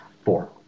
Four